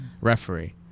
referee